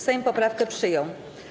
Sejm poprawkę przyjął.